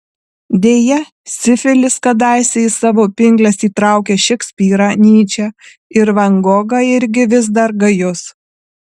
deja sifilis kadaise į savo pinkles įtraukęs šekspyrą nyčę ir van gogą irgi vis dar gajus